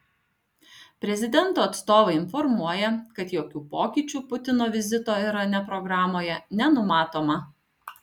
prezidento atstovai informuoja kad jokių pokyčių putino vizito irane programoje nenumatoma